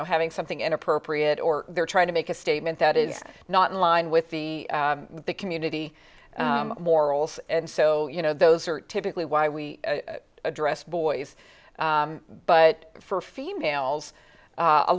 know having something inappropriate or they're trying to make a statement that is not in line with the community morals and so you know those are typically why we address boys but for females